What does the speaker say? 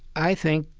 i think,